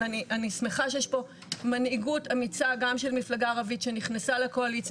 ואני שמחה שיש פה מנהיגות אמיצה גם של מפלגה ערבית שנכנסה לקואליציה